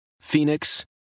Phoenix